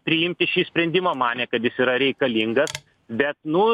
priimti šį sprendimą manė kad jis yra reikalingas bet nu